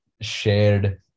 shared